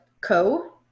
co